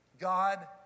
God